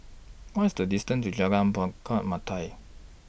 What's The distance to Jalan Melati